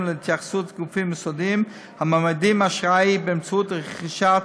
להתייחסות גופים מוסדיים המעמידים אשראי באמצעות רכישת